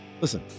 Listen